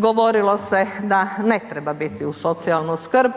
govorilo se da ne treba biti uz socijalnu skrb,